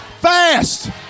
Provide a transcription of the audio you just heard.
fast